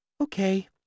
Okay